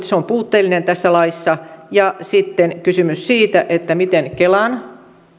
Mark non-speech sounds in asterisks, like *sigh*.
*unintelligible* se on puutteellinen tässä laissa ja sitten on kysymys siitä miten kelan